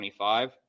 25